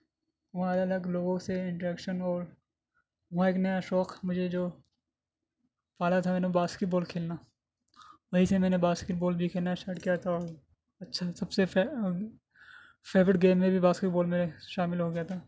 وہاں الگ لوگوں سے انٹریکشن ہوا وہاں ایک نیا شوق مجھے جو پالا تھا میں نے باسکٹ بال کھیلنا وہیں سے میں نے باسکٹ بال بھی کھیلنا اسٹارٹ کیا تھا اور اچھا سب سے فے فیوریٹ گیم میں بھی باسکٹ بال میں شامل ہو گیا تھا